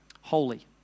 holy